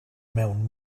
mewn